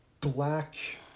Black